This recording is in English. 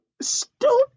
Stupid